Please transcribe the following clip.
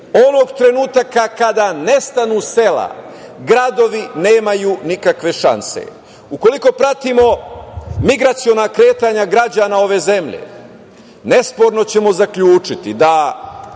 sela. Onog trenutka kada nestanu sela, gradovi nemaju nikakve šanse. Ukoliko pratimo migraciona kretanja građana ove zemlje, nesporno ćemo zaključiti da